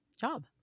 job